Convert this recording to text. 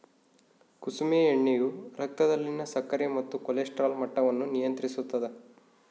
ಕುಸುಮೆ ಎಣ್ಣೆಯು ರಕ್ತದಲ್ಲಿನ ಸಕ್ಕರೆ ಮತ್ತು ಕೊಲೆಸ್ಟ್ರಾಲ್ ಮಟ್ಟವನ್ನು ನಿಯಂತ್ರಿಸುತ್ತದ